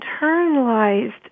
internalized